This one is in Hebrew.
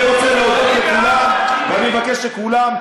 אני רוצה להודות לכולם,